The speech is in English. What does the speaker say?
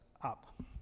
up